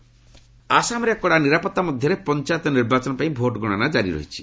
Assam panchayat polls ଆସାମରେ କଡ଼ା ନିରାପତ୍ତା ମଧ୍ୟରେ ପଞ୍ଚାୟତ ନିର୍ବାଚନ ପାଇଁ ଭୋଟ୍ ଗଣନା ଜାରି ରହିଛି